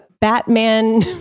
Batman